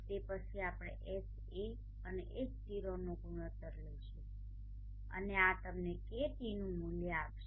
તે પછી આપણે Ha અને Hoનો ગુણોત્તર લઈશું અને આ તમને KTનુ મૂલ્ય આપશે